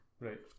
right